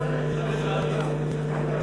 לא נתקבלה.